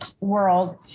world